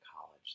college